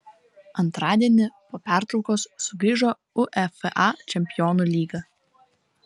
antradienį po pertraukos sugrįžo uefa čempionų lyga